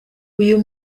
uyu